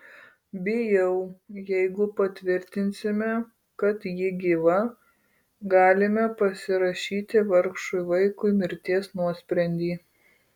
bijau jeigu patvirtinsime kad ji gyva galime pasirašyti vargšui vaikui mirties nuosprendį